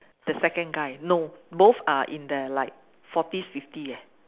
the second guy no both are in their like forties fifty eh